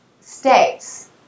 states